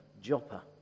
Joppa